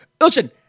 Listen